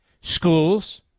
schools